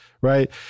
right